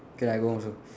okay lah I go home also